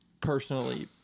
personally